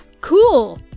Cool